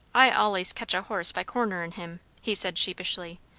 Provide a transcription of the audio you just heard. i allays catch a horse by cornerin' him, he said sheepishly,